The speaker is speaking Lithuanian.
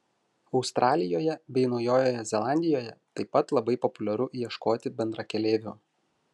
australijoje bei naujojoje zelandijoje taip pat labai populiaru ieškoti bendrakeleivių